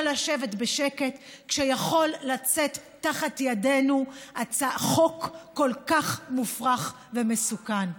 לשבת בשקט כשיכול לצאת תחת ידינו חוק כל כך מופרך ומסוכן.